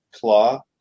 claw